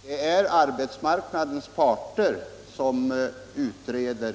Herr talman! Det är arbetsmarknadens parter som utreder